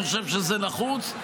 אני חושב שזה נחוץ,